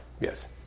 Yes